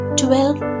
twelve